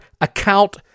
account